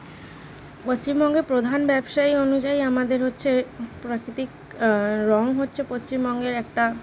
পশ্চিমবঙ্গে প্রধান ব্যবসায়ী অনুযায়ী আমাদের হচ্চে প্রাকৃতিক রঙ হচ্চে পশ্চিমবঙ্গের একটা